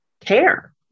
care